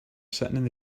sitting